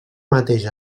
mateix